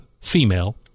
female